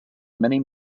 many